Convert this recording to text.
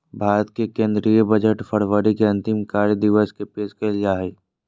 भारत के केंद्रीय बजट फरवरी के अंतिम कार्य दिवस के पेश कइल जा हइ